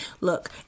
look